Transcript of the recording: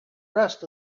rest